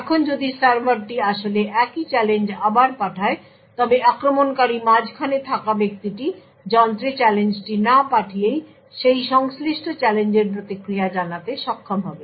এখন যদি সার্ভারটি আসলে একই চ্যালেঞ্জ আবার পাঠায় তবে আক্রমণকারী মাঝখানে থাকা ব্যক্তিটি যন্ত্রে চ্যালেঞ্জটি না পাঠিয়েই সেই সংশ্লিষ্ট চ্যালেঞ্জের প্রতিক্রিয়া জানাতে সক্ষম হবে